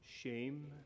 shame